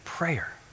Prayer